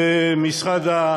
זה משרד,